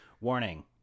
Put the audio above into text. Warning